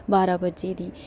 बारां बजे दी